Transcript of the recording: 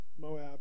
Moab